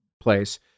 place